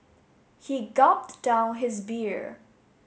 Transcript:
he gulped down his beer